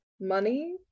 money